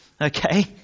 okay